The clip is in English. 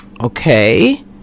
Okay